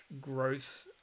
growth